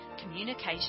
communication